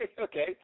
okay